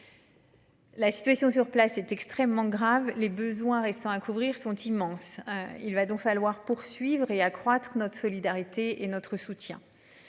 La situation sur place est extrêmement grave les besoins restant à couvrir sont immenses. Il va donc falloir poursuivre et accroître notre solidarité et notre soutien.